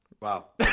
Wow